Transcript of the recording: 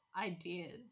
ideas